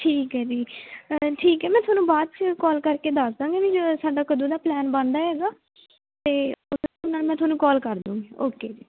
ਠੀਕ ਹੈ ਜੀ ਠੀਕ ਹੈ ਮੈਂ ਤੁਹਾਨੂੰ ਬਾਅਦ 'ਚ ਕੋਲ ਕਰਕੇ ਦੱਸ ਦਾਵਾਂਗੀ ਵੀ ਸਾਡਾ ਕਦੋਂ ਦਾ ਪਲਾਨ ਬਣਦਾ ਹੈਗਾ ਅਤੇ ਨਾਲ ਮੈਂ ਤੁਹਾਨੂੰ ਕੋਲ ਕਰਦੂਂਗੀ ਓਕੇ ਜੀ